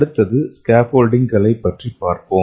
அடுத்து ஸ்கேஃபோல்டிங்களைப் பற்றி பார்ப்போம்